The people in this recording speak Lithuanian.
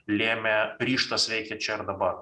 lėmė ryžtas veikti čia ir dabar